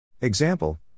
Example